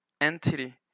entity